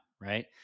right